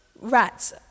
Rats